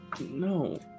No